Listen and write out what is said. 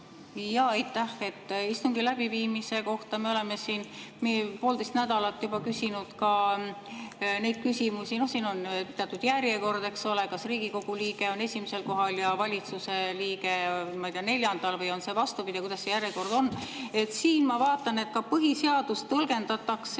Jaa, aitäh! Istungi läbiviimise kohta me oleme siin poolteist nädalat juba küsimusi küsinud. No et siin on teatud järjekord, eks ole, kas Riigikogu liige on esimesel kohal ja valitsuse liige, ma ei tea, neljandal, või on see vastupidi – kuidas see järjekord on. Ja ma vaatan, et ka põhiseadust tõlgendatakse